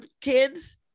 kids